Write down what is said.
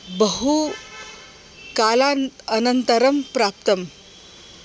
बहु कालान् अनन्तरं प्राप्तम्